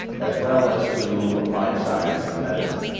as well as to applied science and medicine.